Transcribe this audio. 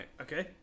Okay